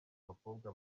bakobwa